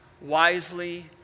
wisely